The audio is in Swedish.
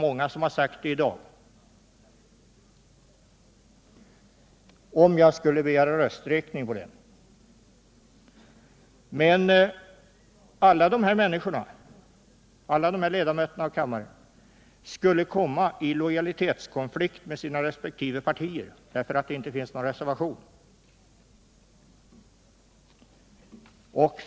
Men om jag skulle begära rösträkning skulle de komma i lojalitetskonflikt med sina resp. partier, därför att det inte finns någon reservation.